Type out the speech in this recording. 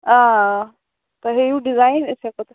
آ تُہۍ ہٲوِو ڈِزایِن أسۍ ہیٚکو تۅہہِ